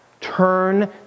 turn